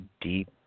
deep